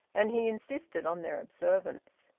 and he insisted on their observance.